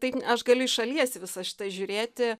tai aš galiu iš šalies į visą šitą žiūrėti